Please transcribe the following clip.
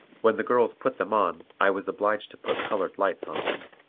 when the girls put them on i was obliged to put colored lights on them,